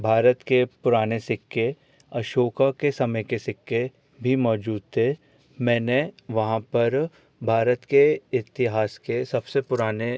भारत के पुराने सिक्के अशोक के समय के सिक्के भी मौजूद थे मैंने वहाँ पर भारत के इतिहास के सबसे पुराने